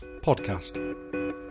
podcast